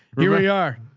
here we are.